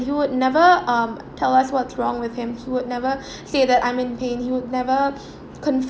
you would never um tell us what's wrong with him he would never say that I'm in pain he would never conf~